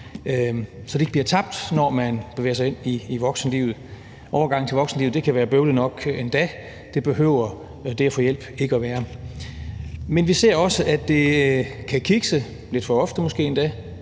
så de ikke bliver tabt, når de bevæger sig ind i voksenlivet. Overgangen til voksenlivet kan være bøvlet nok endda; det behøver det at få hjælp ikke at være. Men vi ser også, at det kan kikse – lidt for ofte måske